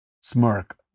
smirk